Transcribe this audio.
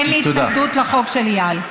אין לי התנגדות לחוק של איל.